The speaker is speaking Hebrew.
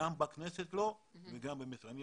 גם לא בכנסת וגם לא במשרדי הממשלה.